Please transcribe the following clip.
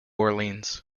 orleans